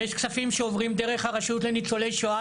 יש כספים שעוברים דרך הרשות לניצולי שואה,